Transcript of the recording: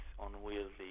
unwieldy